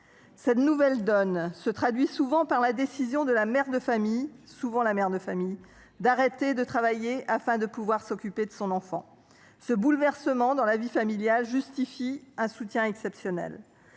Cette nouvelle donne se traduit souvent par la décision de la mère de famille – c’est généralement elle qui s’y résout – d’arrêter de travailler pour s’occuper de son enfant. Ce bouleversement dans la vie familiale justifie un soutien exceptionnel.